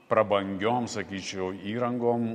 prabangiom sakyčiau įrangom